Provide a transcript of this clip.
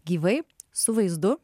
gyvai su vaizdu